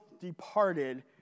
departed